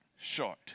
Short